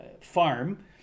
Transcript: farm